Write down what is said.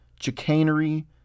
chicanery